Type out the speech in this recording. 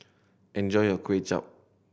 enjoy your Kway Chap